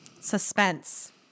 suspense